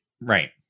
Right